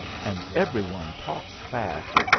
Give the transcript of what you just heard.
and every one talks fast,